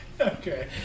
Okay